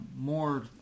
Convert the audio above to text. more